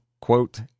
quote